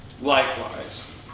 likewise